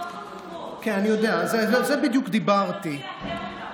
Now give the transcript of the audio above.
בתוך הקופות אתה מתחיל לאתר אותם.